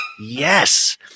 Yes